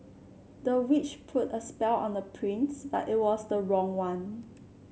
the witch put a spell on the prince but it was the wrong one